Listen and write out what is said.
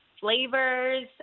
Flavors